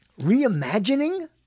reimagining